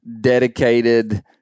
dedicated